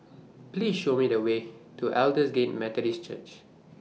Please Show Me The Way to Aldersgate Methodist Church